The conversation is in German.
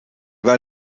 war